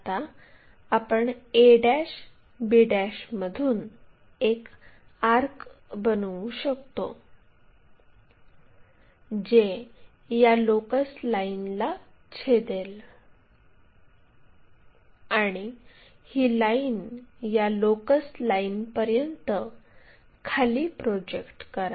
आता आपण a b मधून एक आर्क बनवू शकतो जे या लोकस लाइनला छेदेल आणि ही लाईन या लोकस लाईनपर्यंत खाली प्रोजेक्ट करा